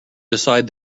decide